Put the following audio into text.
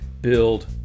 build